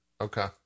Okay